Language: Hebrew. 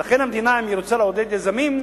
ולכן המדינה, אם היא רוצה לעודד יזמים,